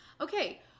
Okay